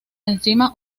encima